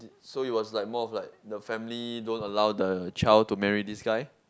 so it was like more of like the family don't allow the child to marry this guy